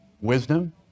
Wisdom